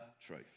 truth